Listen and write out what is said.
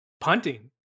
punting